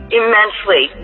immensely